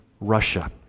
Russia